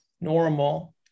normal